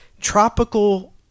Tropical